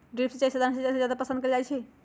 drip सिंचाई सधारण सिंचाई से जादे पसंद कएल जाई छई